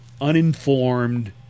uninformed